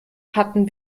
hatten